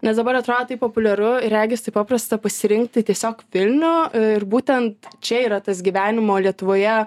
nes dabar atrodo taip populiaru ir regis taip paprasta pasirinkti tiesiog vilnių ir būtent čia yra tas gyvenimo lietuvoje